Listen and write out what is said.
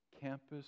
Campus